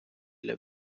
для